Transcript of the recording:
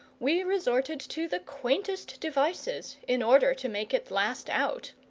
we resorted to the quaintest devices in order to make it last out.